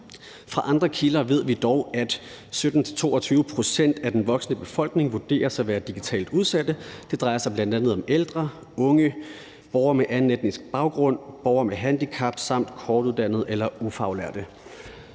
Fra andre kilder ved vi dog, at 17-22 pct. af den voksne befolkning vurderes at være digitalt udsatte. Det drejer sig bl.a. om ældre, unge, borgere med anden etnisk baggrund, borgere med handicap samt kortuddannede eller ufaglærte,